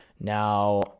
Now